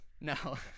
No